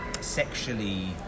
sexually